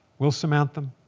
we'll surmount them.